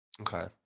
Okay